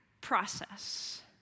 process